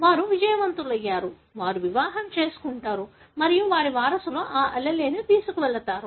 వారు విజయవంతమయ్యారు వారు వివాహం చేసుకుంటారు మరియు వారి వారసులు ఆ allele ను తీసుకువెళతారు